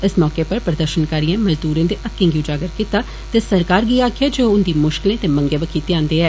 इस मौके उप्पर प्रदर्षनकारिए मजदूरे दे हक्के गी उजागर कीता ते सरकार गी आक्खेआ जे ओ उन्दी मुष्कलें ते मंगै बक्खी ध्यान देए